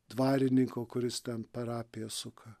dvarininko kuris ten parapiją suka